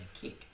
kick